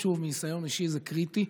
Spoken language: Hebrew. שוב, מניסיון אישי, זה קריטי.